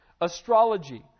astrology